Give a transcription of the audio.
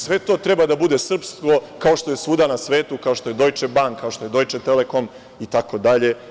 Sve to treba da bude srpsko, kao što je svuda na svetu, kao što je Dojče bank, kao što je Dojče telekom itd.